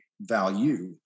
value